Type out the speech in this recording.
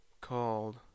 called